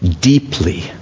deeply